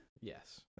yes